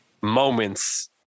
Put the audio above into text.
moments